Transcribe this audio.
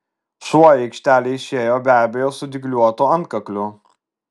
šuo į aikštelę išėjo be abejo su dygliuotu antkakliu